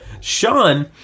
Sean